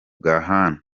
gahanga